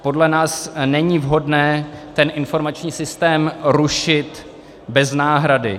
Podle nás není vhodné ten informační systém rušit bez náhrady.